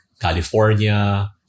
California